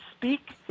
speak